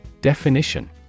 Definition